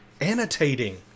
annotating